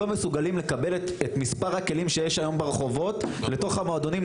מסוגלים לקבל את מספר הכלים שיש היום ברחובות לתוך המועדונים,